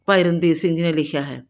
ਭਾਈ ਰਣਧੀਰ ਸਿੰਘ ਜੀ ਨੇ ਲਿਖਿਆ ਹੈ